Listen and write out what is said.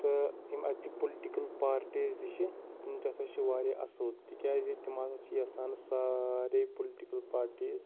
تہٕ یِم اَتہِ چہِ پُلٹکٕل پارٹیٖز تہِ چھِ تِم تہِ ہَسا چھِ وارِیاہ اصٕل تِکیٛازِ تِم ہَسا چھِ یَژھان سارے پُلٹِکٕل پارٹیٖز